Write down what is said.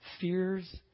fears